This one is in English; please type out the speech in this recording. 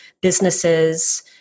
businesses